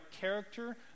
character